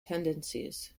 tendencies